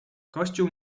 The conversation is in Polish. kościół